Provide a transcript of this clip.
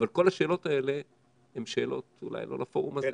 אבל כל השאלות האלה הן שאלות אולי לא לפורום הזה.